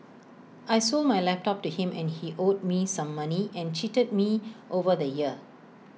I sold my laptop to him and he owed me some money and cheated me over the year